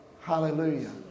Hallelujah